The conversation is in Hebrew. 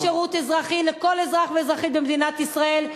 חוק שירות אזרחי לכל אזרח ואזרחית במדינת ישראל,